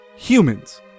humans